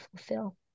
fulfill